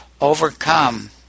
overcome